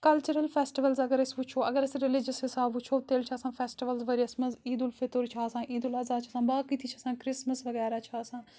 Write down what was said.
cultural festivals اگر ٲسۍ وٕچھو اَگر ٲسۍ رِلیٖجَس حِساب وٕچھو تیٚلہِ چھِ آسان فؠسٹِوَلٕز ؤرِیَس منٛز عیٖد الفِطر چھُ آسان عیٖدُ الاضحیٰ چھِ آسان باقٕے تہِ چھِ آسان کِرٛسمَس وغیرہ چھِ آسان